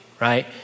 right